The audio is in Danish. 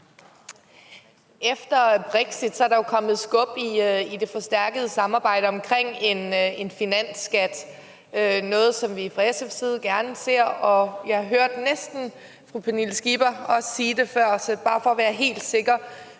Efter Brexit er der jo kommet skub i det forstærkede samarbejde om en finansskat, noget, som vi fra SF's side gerne ser. Og jeg hørte næsten fru Pernille Skipper også sige det før, så bare for at være helt sikker: